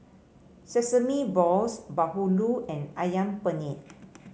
Sesame Balls bahulu and ayam penyet